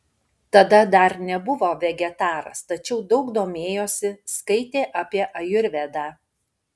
tada dar nebuvo vegetaras tačiau daug domėjosi skaitė apie ajurvedą